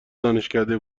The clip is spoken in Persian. دانشکده